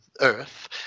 Earth